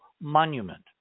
monument